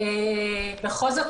בכל זאת,